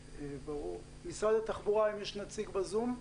משרד התחבורה, האם יש נציג בזום?